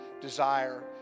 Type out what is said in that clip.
desire